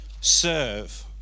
serve